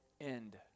end